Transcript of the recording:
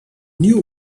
knew